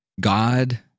God